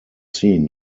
seen